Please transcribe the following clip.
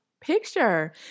picture